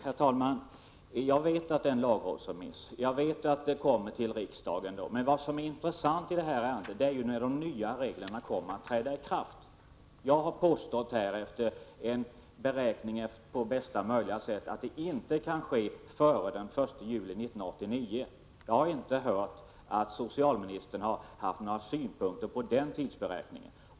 Herr talman! Jag vet att det föreligger en lagrådsremiss och att förslaget senare kommer till riksdagen. Vad som är intressant i detta ärende är vid vilken tidpunkt de nya reglerna kommer att träda i kraft. Jag har här gjort en beräkning och påstått att detta inte kan ske förrän i bästa möjliga fall den 1 juli 1989. Jag har inte hört några synpunkter från socialministern på denna tidsberäkning.